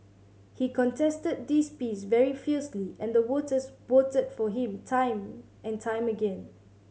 he contested this piece very fiercely and the voters voted for him time and time again